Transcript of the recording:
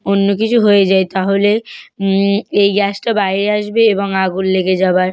অন্য কিছু হয়ে যায় তাহলে এই গ্যাসটা বাইরে আসবে এবং আগুন লেগে যাওয়ার